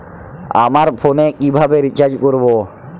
আমার ফোনে কিভাবে রিচার্জ করবো?